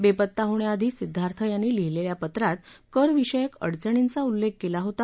बेपत्ता होण्याआधी सिद्धार्थ यांनी लिहिलेल्या पत्रात करविषयक अडचणींचा उल्लेख केला होता